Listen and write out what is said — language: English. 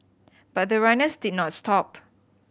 but the runners did not stop